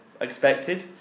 expected